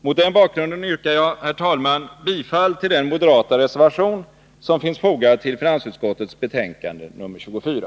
Mot den bakgrunden yrkar jag, herr talman, bifall till den moderata reservation som finns fogad till finansutskottets betänkande 24.